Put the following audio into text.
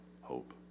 hope